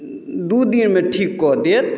दू दिनमे ठीक कऽ देत